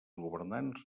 governants